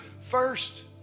first